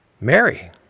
Mary